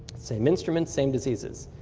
same instruments, same diseases.